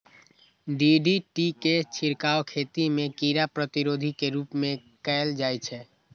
DDT के छिड़काव खेती मे कीड़ा प्रतिरोधी के रूप मे कैल जाइ छै